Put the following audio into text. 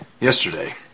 Yesterday